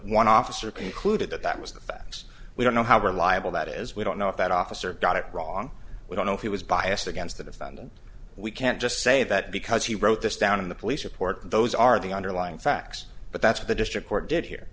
one officer concluded that that was the facts we don't know how reliable that is we don't know if that officer got it wrong we don't know if he was biased against the defendant we can't just say that because he wrote this down in the police report those are the underlying facts but that's the district court did here